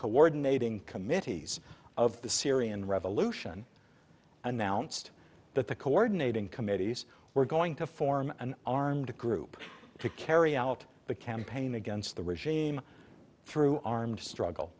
coordinating committees of the syrian revolution announced that the coordinating committees were going to form an armed group to carry out the campaign against the regime through armed struggle